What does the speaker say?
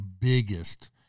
biggest